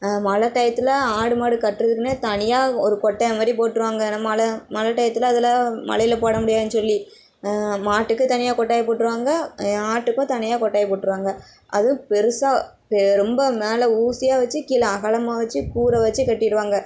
நாங்கள் மழை டயத்தில் ஆடு மாடு கட்டுறதுக்குன்னே தனியாக ஒரு கொட்டாய் மாதிரி போட்டிருவாங்க ஏன்னா மழை மழை டயத்தில் அதில் மழைல போட முடியாதுன்னு சொல்லி மாட்டுக்கும் தனியாக கொட்டாய் போட்டிருவாங்க ஆட்டுக்கும் தனியாக கொட்டாய் போட்டிருவாங்க அதுவும் பெருசாக ரொம்ப மேலே ஊசியாக வச்சு கீழே அகலமாக வச்சு கூரை வச்சு கட்டிடுவாங்கள்